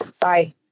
Bye